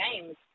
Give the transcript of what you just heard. games